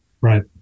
Right